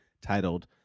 titled